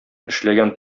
эшләгән